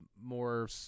more